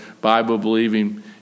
Bible-believing